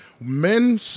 Men